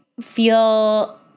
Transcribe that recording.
feel